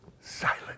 Silent